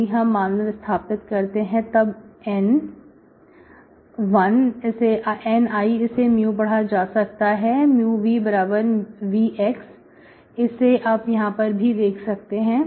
यदि हम मान विस्थापित करते हैं तब N I इसे x पढ़ा जा सकता है जहां vv इसे आप यहां पर भी देख सकते हैं